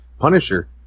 Punisher